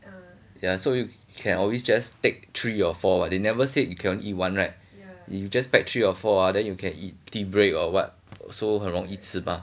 yeah so you can always just take three or four what they never say you can only eat one right you just pack three or four ah then you can eat tea break or what so 很容易吃吗